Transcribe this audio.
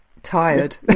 tired